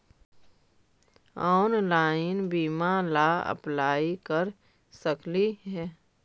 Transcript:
Online बीमा ला apply कर सकली हे?